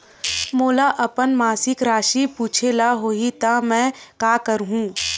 मोला अपन मासिक राशि पूछे ल होही त मैं का करहु?